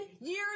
years